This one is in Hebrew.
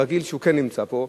רגיל שהוא כן נמצא פה,